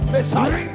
Messiah